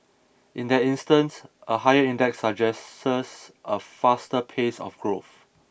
in that instance a higher index suggests a faster pace of growth